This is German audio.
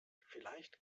vielleicht